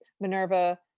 minerva